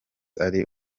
ari